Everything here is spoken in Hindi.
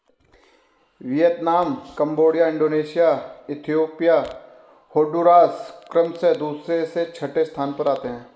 Vietnam Cambodia Indonesia Ethiopia Honduras क्रमशः दूसरे से छठे स्थान पर आते हैं